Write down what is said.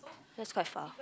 that's quite far